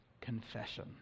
Confession